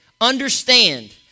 Understand